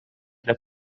для